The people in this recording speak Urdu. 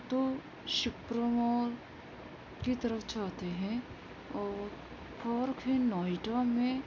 تو شپرا مال کی طرف جاتے ہیں اور پارک ہے نوئیڈا میں